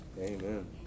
Amen